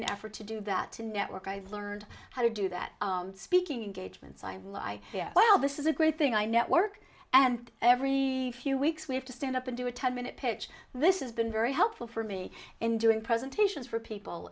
and effort to do that to network i've learned how to do that speaking engagements well this is a great thing i network and every few weeks we have to stand up and do a ten minute pitch this is been very helpful for me in doing presentations for people